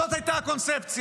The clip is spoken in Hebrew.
זאת הייתה הקונספציה: